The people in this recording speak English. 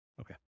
Okay